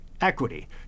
equity